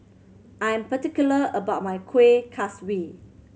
I'm particular about my Kuih Kaswi